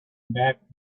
back